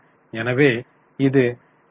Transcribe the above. எனவே இது 0